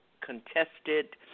contested